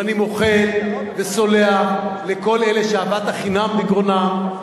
ואני מוחל וסולח לכל אלה שאהבת חינם בגרונם.